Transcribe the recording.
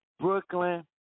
Brooklyn